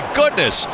goodness